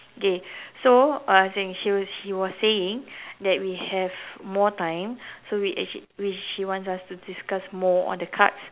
okay so I was saying she was she was saying that we have more time so we actually we she wants us to discuss more on the cards